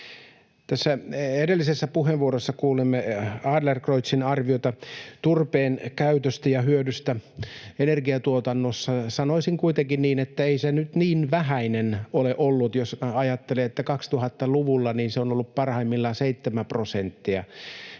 Edellisessä puheenvuorossa kuulimme Adlercreutzin arviota turpeen käytöstä ja hyödystä energiantuotannossa. Sanoisin kuitenkin niin, että ei se nyt niin vähäinen ole ollut, jos ajattelee, että 2000-luvulla se on ollut parhaimmillaan seitsemän prosenttia